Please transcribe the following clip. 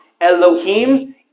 Elohim